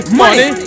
money